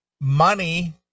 money